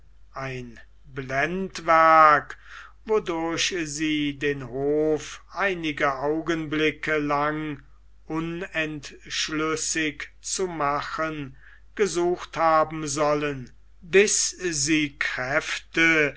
ein blendwerk wodurch sie den hof einige augenblicke lang unschlüssig zu machen gesucht haben sollen bis sie kräfte